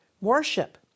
worship